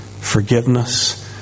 Forgiveness